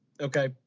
Okay